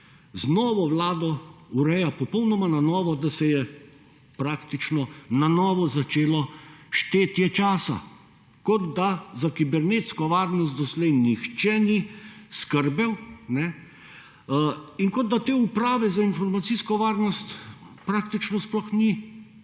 z novo Vlado ureja popolnoma na novo, da se je praktično na novo začelo štetje časa kot, da za kibernetsko varnost do slej nihče ni skrbel in kot, da te uprave za informacijsko varnost praktično sploh ni,